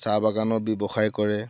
চাহ বাগানৰ ব্যৱসায় কৰে